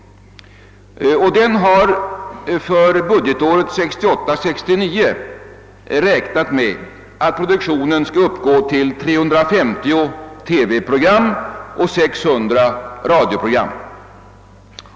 Denna har för budgetåret 1968/69 räknat med att produktionen skall uppgå till 350 TV-program och 600 radioprogram.